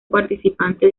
participante